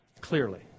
clearly